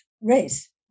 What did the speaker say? race